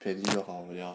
天气也好不了